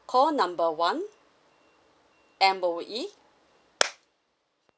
call number one M_O_E